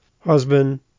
husband